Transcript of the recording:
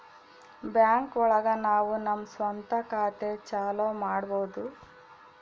bank ಒಳಗ ನಾವು ನಮ್ ಸ್ವಂತ ಖಾತೆ ಚಾಲೂ ಮಾಡ್ಬೋದು